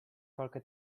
qualche